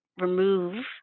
remove